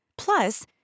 Plus